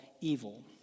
evil